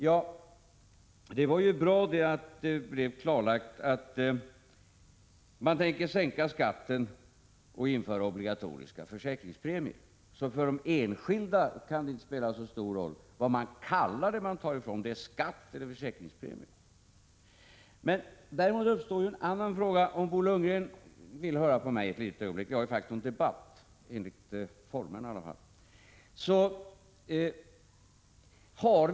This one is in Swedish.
Ja, det var ju bra att det blev klarlagt att man tänker föreslå sänkning av skatterna och införande av obligatoriska försäkringspremier, så för de enskilda kan det inte spela så stor roll vad man kallar det som man tar ifrån dem — om det är skatt eller försäkringspremier. Däremot uppstår en annan fråga. Jag ber nu Bo Lundgren att höra på mig ett litet ögonblick; vi har ju faktiskt en debatt, formellt i alla fall.